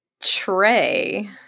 tray